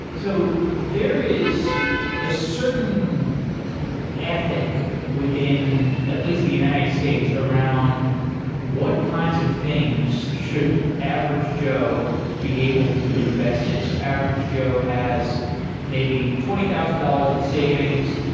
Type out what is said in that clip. so there is a certain ethic within at least the united states, around what kinds of things should average joe be able to invest? so average joe has maybe twenty thousand dollars in savings,